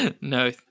no